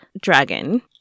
dragon